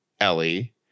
Ellie